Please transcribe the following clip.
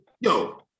Yo